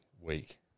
week